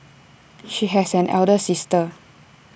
she has an elder sister